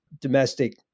domestic